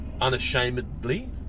unashamedly